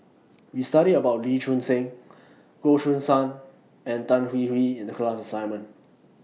We studied about Lee Choon Seng Goh Choo San and Tan Hwee Hwee in The class assignment